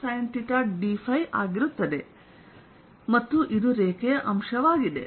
ಆದ್ದರಿಂದ ಇದು ರೇಖೆಯ ಅಂಶವಾಗಿದೆ